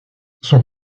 son